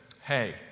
hey